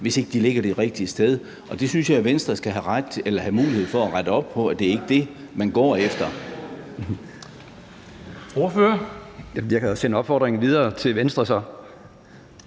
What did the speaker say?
hvis ikke de ligger det rigtige sted, og jeg synes, at Venstre skal have mulighed for at rette op på, at det ikke er det, man går efter.